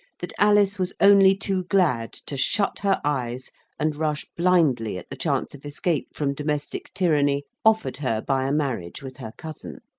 that alice was only too glad to shut her eyes and rush blindly at the chance of escape from domestic tyranny offered her by a marriage with her cousin